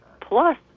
plus